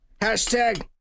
hashtag